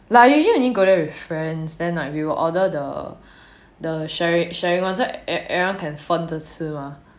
ya usually only go there with friends then like we will order the the sharing sharing one so every everyone can 分着吃吗